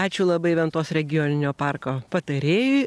ačiū labai ventos regioninio parko patarėjui